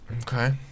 Okay